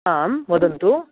आं वदन्तु